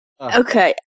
Okay